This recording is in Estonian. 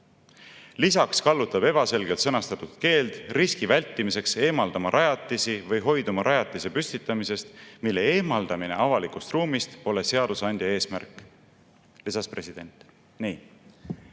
"Lisaks kallutab ebaselgelt sõnastatud keeld riski vältimiseks eemaldama rajatisi või hoiduma rajatiste püstitamisest, mille eemaldamine avalikust ruumist pole seadusandja eesmärk," lisas ta."Kas